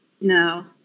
No